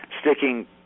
sticking